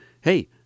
Hey